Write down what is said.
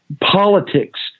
politics